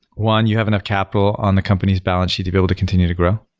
one, you have enough capital on the company's balance sheet to be able to continue to grow.